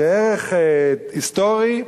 כערך היסטורי,